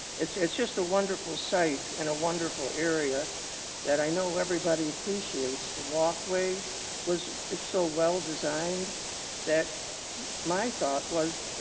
it's yeah it's just a wonderful sight and a wonderful area that i know everybody appreciates. the walkway was so well designed that my thought was,